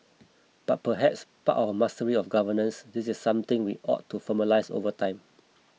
but perhaps part of mastery of governance this is something we ought to formalise over time